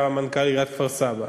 שהיה מנכ"ל עיריית כפר-סבא,